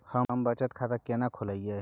हम बचत खाता केना खोलइयै?